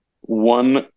one